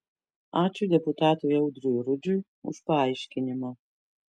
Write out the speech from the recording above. ačiū deputatui audriui rudžiui už paaiškinimą